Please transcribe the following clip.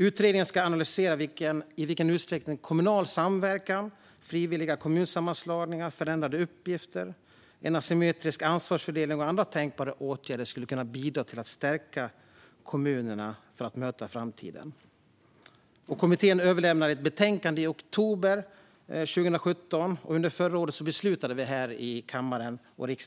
Utredningen ska analysera i vilken utsträckning kommunal samverkan, frivilliga kommunsammanslagningar, förändrade uppgifter, en asymmetrisk ansvarsfördelning och andra tänkbara åtgärder skulle kunna bidra till att stärka kommunerna för att möta framtiden. Kommittén överlämnade ett delbetänkande i oktober 2017, och under förra året beslutade vi här i kammaren